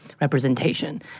representation